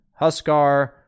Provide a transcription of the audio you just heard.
Huskar